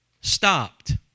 stopped